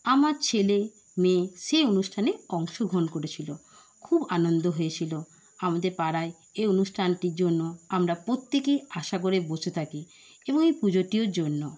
আমার ছেলে মেয়ে সেই অনুষ্ঠানে অংশগ্রহণ করেছিল খুব আনন্দ হয়েছিল আমাদের পাড়ায় এই অনুষ্ঠানটির জন্য আমরা প্রত্যেকে আশা করে বসে থাকি এবং এই পুজোটিও জন্য